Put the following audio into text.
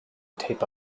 type